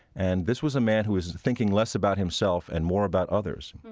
and this was a man who was thinking less about himself and more about others